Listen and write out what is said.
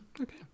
okay